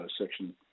section